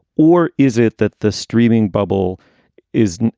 or is it that the streaming bubble is,